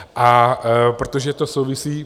A protože to souvisí...